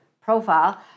profile